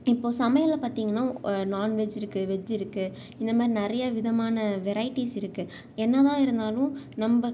இப்போது சமையலில் பார்த்தீங்கன்னா நான்வெஜ் இருக்குது வெஜ் இருக்குது இந்த மாதிரி நிறைய விதமான வெரைட்டிஸ் இருக்குது என்னதான் இருந்தாலும் நம்ம